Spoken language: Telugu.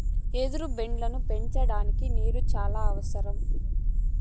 ఎదురు బొంగులను పెంచడానికి నీరు చానా అవసరం